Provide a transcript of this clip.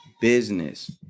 business